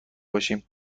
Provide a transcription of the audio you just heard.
باشیم